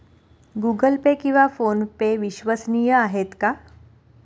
Google Pay किंवा PhonePe विश्वसनीय आहेत का?